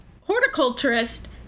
horticulturist